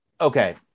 okay